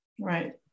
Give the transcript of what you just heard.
Right